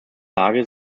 lage